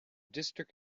district